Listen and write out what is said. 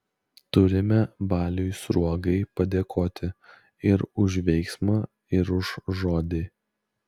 turime baliui sruogai padėkoti ir už veiksmą ir už žodį